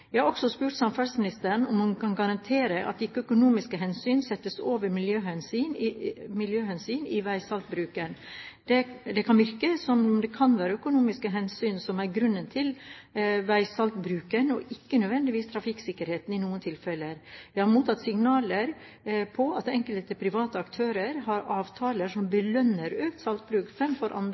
Jeg har også spurt samferdselsministeren om hun kan garantere at økonomiske hensyn ikke settes over miljøhensyn i veisaltbruken. Det kan virke som om det kan være økonomiske hensyn som er grunnen til veisaltbruken, og ikke nødvendigvis trafikksikkerheten, i noen tilfeller. Jeg har mottatt signaler om at enkelte private aktører har avtaler som belønner økt saltbruk fremfor andre alternativer. Bruk